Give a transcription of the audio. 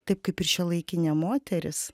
taip kaip ir šiuolaikinė moteris